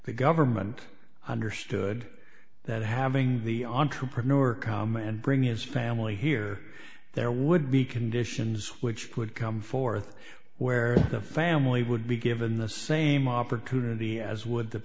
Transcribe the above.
the government understood that having the entrepreneur come and bring his family here there would be conditions which could come forth where the family would be given the same opportunity as w